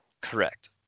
Correct